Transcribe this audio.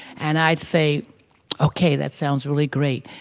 and i'd say okay, that sounds really great.